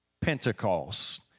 Pentecost